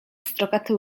pstrokaty